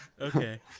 Okay